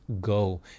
go